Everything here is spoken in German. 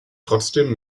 trotzdem